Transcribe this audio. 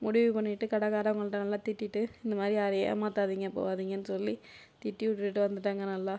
முடிவு பண்ணிட்டு கடக்காரங்கள்ட்ட நல்லா திட்டிட்டு இந்தமாதிரி யாரையும் ஏமாற்றாதீங்க போகாதீங்கன்னு சொல்லி திட்டி விட்டுட்டு வந்துவிட்டேங்க நல்லா